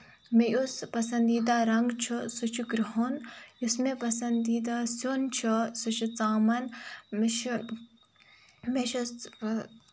مےٚ یُس پسندیٖدہ رنگ چھُ سُہ چھُ کرُہُن یُس مےٚ پَسندیٖدہ سیُن چھُ سُہ چھُ ژامَن مےٚ چھُ مےٚ چھُ